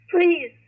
Please